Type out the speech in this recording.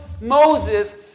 Moses